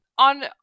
On